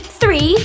three